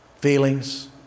Feelings